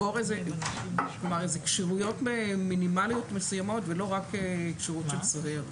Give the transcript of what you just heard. כלומר איזה כשירויות מינימליות מסוימות ולא רק כשירות של סוהר.